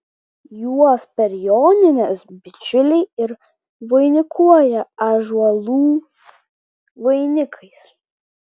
juos per jonines bičiuliai ir vainikuoja ąžuolų vainikais